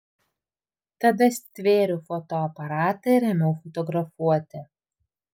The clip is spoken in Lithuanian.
tada stvėriau fotoaparatą ir ėmiau fotografuoti